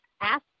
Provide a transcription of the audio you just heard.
ask